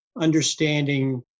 understanding